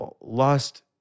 lost